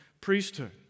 priesthood